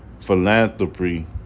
Philanthropy